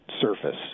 surface